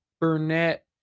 Burnett